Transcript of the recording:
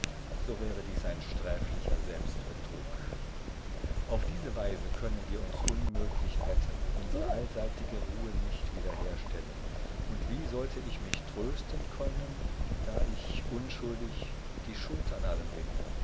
so wäre dies ein sträflicher selbstbetrug auf diese weise können wir uns unmöglich retten unsre allseitige ruhe nicht wiederherstellen und wie sollte ich mich trösten können da ich unschuldig die schuld an allem bin